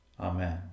Amen